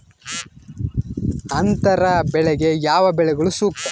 ಅಂತರ ಬೆಳೆಗೆ ಯಾವ ಬೆಳೆಗಳು ಸೂಕ್ತ?